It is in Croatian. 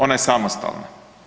Ona je samostalna.